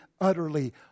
utterly